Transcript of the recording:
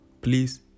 please